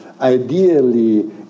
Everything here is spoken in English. ideally